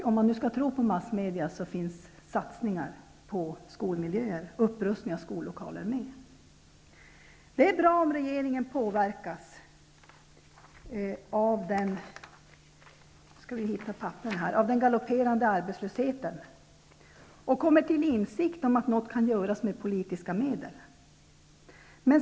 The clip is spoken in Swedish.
Om man nu skall tro på massmedia finns satsningar på skolmiljöer och upprustning av skollokaler med. Det är bra om regeringen påverkas av den galopperande arbetslösheten och kommer till insikt om att något kan göras med politiska medel.